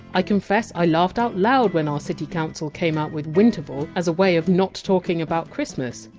i confess i laughed out loud when our city council came out with winterval as a way of not talking about christmas!